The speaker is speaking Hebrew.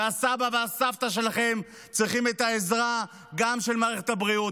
והסבא והסבתא שלכם צריכים את העזרה גם של מערכת הבריאות.